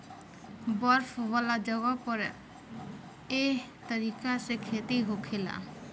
बर्फ वाला जगह पर एह तरीका से खेती होखेला